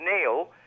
Neil